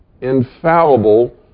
infallible